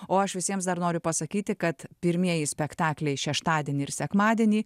o aš visiems dar noriu pasakyti kad pirmieji spektakliai šeštadienį ir sekmadienį